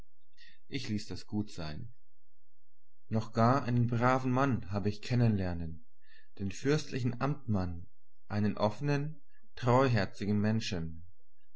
ich ließ das gut sein noch gar einen braven mann habe ich kennen lernen den fürstlichen amtmann einen offenen treuherzigen menschen